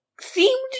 Seemed